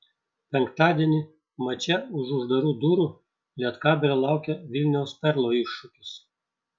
penktadienį mače už uždarų durų lietkabelio laukia vilniaus perlo iššūkis